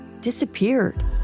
disappeared